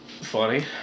Funny